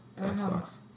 Xbox